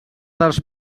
dels